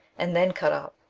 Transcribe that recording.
and then cut up,